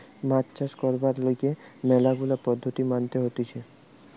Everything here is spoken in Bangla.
মাছ চাষ করবার লিগে ম্যালা গুলা পদ্ধতি মানতে হতিছে